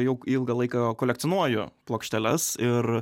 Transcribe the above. jau ilgą laiką kolekcionuoju plokšteles ir